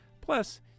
Plus